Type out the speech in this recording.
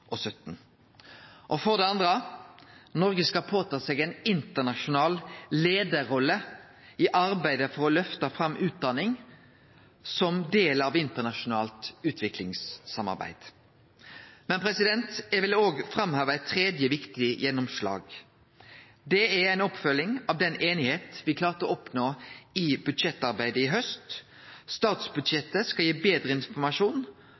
For det andre: Noreg skal ta på seg ei internasjonal leiarrolle i arbeidet for å løfte fram utdanning som del av internasjonalt utviklingssamarbeid. Men eg vil òg framheve eit tredje viktig gjennomslag. Det er ei oppfølging av den einigheita me klarte å oppnå i budsjettarbeidet i haust. Statsbudsjettet skal gi betre informasjon